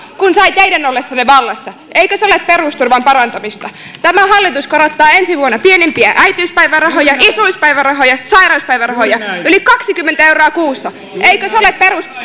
kuin sai teidän ollessanne vallassa eikö se ole perusturvan parantamista tämä hallitus korottaa ensi vuonna pienimpiä äitiyspäivärahoja isyyspäivärahoja ja sairauspäivärahoja yli kaksikymmentä euroa kuussa eikö se ole